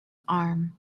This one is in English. arm